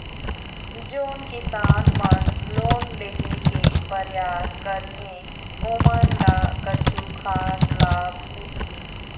जोन किसान मन लोन लेहे के परयास करथें ओमन ला कछु खास लाभ मिलही?